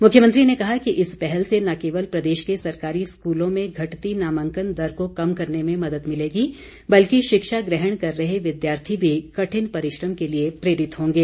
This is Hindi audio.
मुख्यमंत्री ने कहा कि इस पहल से न केवल प्रदेश के सरकारी स्कूलों में घटते नामांकन दर को कम करने में मदद मिलेगी बल्कि शिक्षा ग्रहण कर रहे विद्यार्थी भी कठिन परिश्रम के लिए प्रेरित होंगे